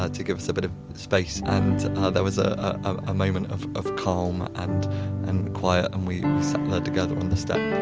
ah to give us a bit of space. and there was a ah ah moment of of calm and and quiet, and we sat there together on the step. and